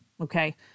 Okay